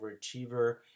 overachiever